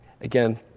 again